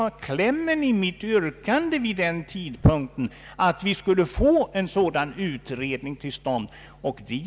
Kärnpunkten i mitt yrkande vid den tidpunkten var att vi skulle få en sådan utredning till stånd.